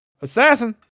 Assassin